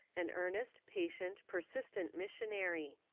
an earnest, patient, persistent missionary.